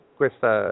questa